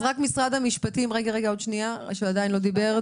אז רק נציג משרד המשפטים שעדיין לא דיבר,